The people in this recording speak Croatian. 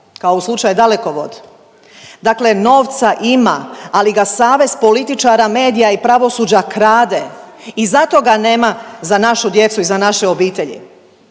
kao u slučaju Dalekovod. Dakle, novca ima, ali ga savez političara, medija i pravosuđa krade i zato ga nema za našu djecu i za naše obitelji.